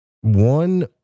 One